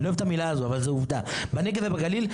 בנגב ובגליל,